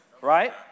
right